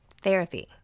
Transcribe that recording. Therapy